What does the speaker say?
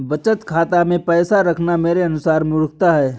बचत खाता मैं पैसा रखना मेरे अनुसार मूर्खता है